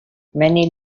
many